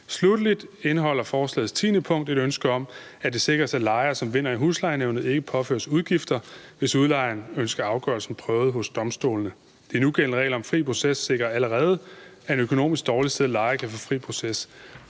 Slutteligt indeholder forslagets 10. punkt et ønske om, at det sikres, at lejere, som vinder i huslejenævnet, ikke påføres udgifter, hvis udlejeren ønsker afgørelsen prøvet hos domstolene. De nugældende regler om fri proces sikrer allerede, at en økonomisk dårligt stillet lejer kan få fri proces.